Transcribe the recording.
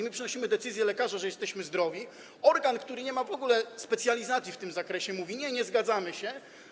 My przynosimy decyzję lekarza, że jesteśmy zdrowi, a organ, który w ogóle nie ma specjalizacji w tym zakresie, mówi: nie, nie zgadzamy się.